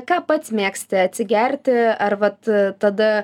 ką pats mėgsti atsigerti ar vat tada